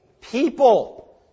people